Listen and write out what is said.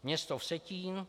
Město Vsetín: